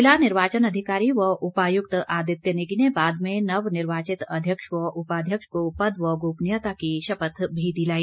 जिला निर्याचन अधिकारी व उपायुक्त आदित्य नेगी ने बाद में नवनिर्वाचित अध्यक्ष व उपाध्यक्ष को पद व गोपनीयता की शपथ भी दिलाई